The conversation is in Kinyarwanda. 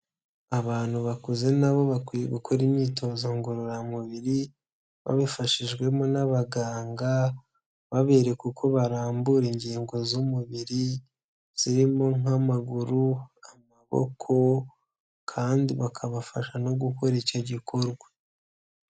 Abantu bakuze na bo bakwiye gukora imyitozo ngororamubiri babifashijwemo n'abaganga, babereka uko barambura ingingo z'umubiri, zirimo nk'amaguru, amaboko, kandi bakabafasha no gukora icyo gikorwa.